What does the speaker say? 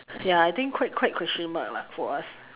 ya I think quite quite question mark lah for us